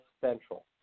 Central